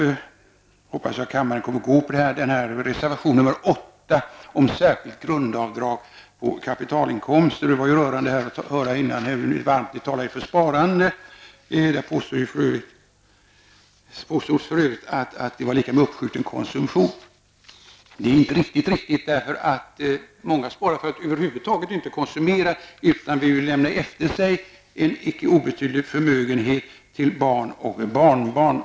Jag hoppas därför att kammaren kommer att följa reservation nr 8 om särskilt grundavdrag på kapitalinkomster. Det var rörande att höra hur varmt ni talade om sparandet. Det påstås för övrigt att det är detsamma som uppskjuten konsumtion. Det är inte alldeles riktigt. Många sparar inte för att över huvud taget konsumera, utan för att lämna efter sig en icke obetydlig förmögenhet till barn och barnbarn.